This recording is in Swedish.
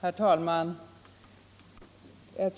Herr talman! En